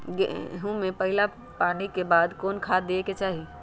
गेंहू में पहिला पानी के बाद कौन खाद दिया के चाही?